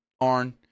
Arn